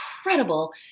incredible